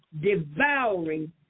devouring